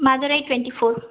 Madurai twenty four